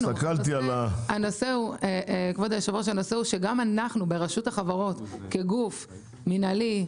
הנושא הוא שגם אנחנו ברשות החברות כגוף מנהלי,